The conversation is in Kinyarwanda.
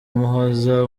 muhoza